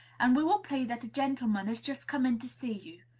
and we will play that a gentleman has just come in to see you,